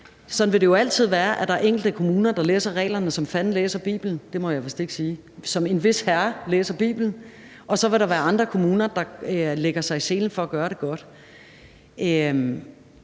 sådan vil det jo altid være, der læser reglerne, som fanden læser Bibelen – det må jeg vist ikke sige; som en vis herre læser Bibelen – og så vil der være andre kommuner, der lægger sig i selen for at gøre det godt. Men